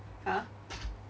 !huh!